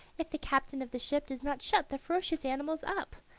if the captain of the ship does not shut the ferocious animals up.